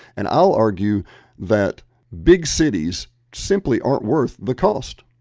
and i'll argue that big cities simply aren't worth the cost.